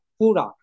pura